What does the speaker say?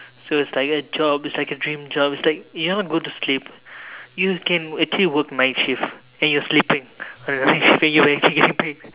so it's like a job it's like a dream job it's like you know go to sleep you can actually work night shift and you sleeping alright then you actually get paid